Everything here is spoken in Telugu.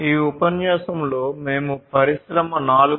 ఈ ఉపన్యాసంలో మేము పరిశ్రమ 4